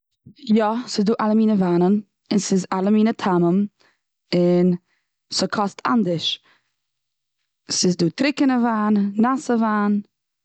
יא, ס'איז דא אלע מיני וויינען, און ס'איז אלע מיני טעמים, און ס'קאסט אנדערש. ס'איז דא טריקענע וויין, נאסע וויין.